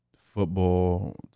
football